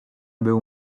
był